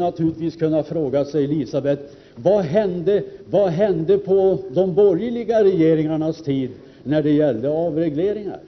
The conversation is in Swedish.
naturligtvis kan man fråga sig: Vad hände under de borgerliga regeringarnas tid när det gällde avregleringar?